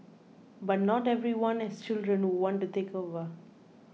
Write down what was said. but not everyone has children who want to take over